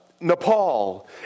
Nepal